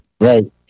Right